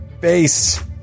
Base